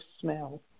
smell